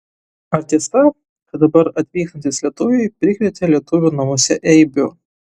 ar tiesa kad dabar atvykstantys lietuviai prikrėtė lietuvių namuose eibių